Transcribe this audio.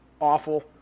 awful